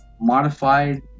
modified